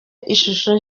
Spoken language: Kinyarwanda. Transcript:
ishusho